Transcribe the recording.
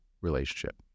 relationship